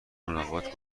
مراقبت